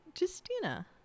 Justina